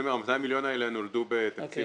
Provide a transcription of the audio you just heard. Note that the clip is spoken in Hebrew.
אני אומר שה-200 מיליון האלה נולדו בתקציב